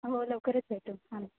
हो लवकरच भेटू हां